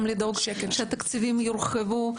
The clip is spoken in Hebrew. גם לדאוג שהתקציבים יורחבו,